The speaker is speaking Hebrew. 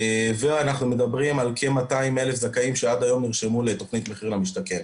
ואנחנו מדברים על כ-200,000 זכאים שעד היום נרשמו לתכנית מחיר למשתכן.